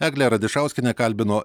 eglę radišauskienę kalbino